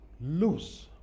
lose